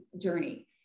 journey